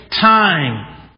Time